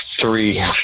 Three